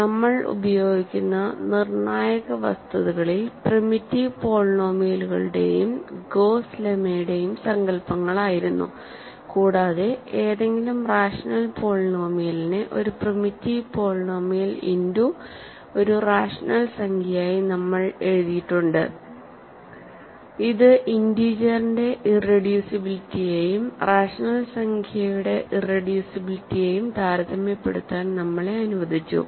നമ്മൾ ഉപയോഗിക്കുന്ന നിർണായക വസ്തുതകളിൽ പ്രിമിറ്റീവ് പോളിനോമിയലുകളുടെയും ഗോസ്സ് ലെമയുടെയും സങ്കൽപ്പങ്ങളായിരുന്നുകൂടാതെ ഏതെങ്കിലും റാഷണൽ പോളിനോമിയലിനെ ഒരു പ്രിമിറ്റീവ് പോളിനോമിയൽ ഇന്റു ഒരു റാഷണൽ സംഖ്യയായി നമ്മൾ എഴുതിയിട്ടുണ്ട് ഇത് ഇന്റീജറിന്റെ ഇറെഡ്യൂസിബിലിറ്റിയെയും റാഷണൽ സംഖ്യയുടെ ഇറെഡ്യൂസിബിലിറ്റിയെയും താരതമ്യപ്പെടുത്താൻ നമ്മളെ അനുവദിച്ചു